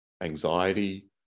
anxiety